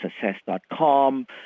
success.com